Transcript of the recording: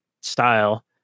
style